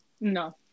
No